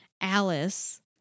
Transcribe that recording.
Alice